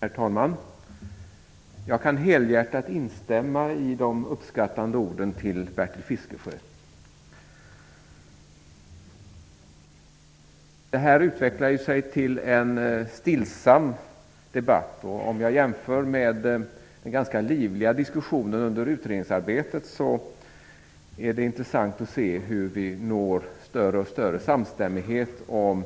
Herr talman! Jag kan helhjärtat instämma i de uppskattande orden till Bertil Fiskesjö. Det här utvecklar sig ju till en stillsam debatt i jämförelse med den ganska livliga diskussionen under utredningsarbetet; det är intressant att se hur vi når större och större samstämmighet om